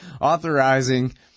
authorizing